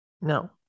no